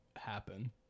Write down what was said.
happen